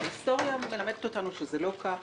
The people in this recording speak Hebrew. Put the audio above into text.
ההיסטוריה מלמדת אותנו שזה לא כך,